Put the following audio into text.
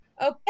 Okay